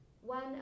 one